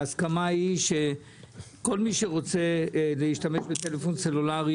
ההסכמה היא שכל מי שרוצה להשתמש בטלפון סלולרי